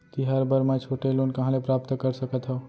तिहार बर मै छोटे लोन कहाँ ले प्राप्त कर सकत हव?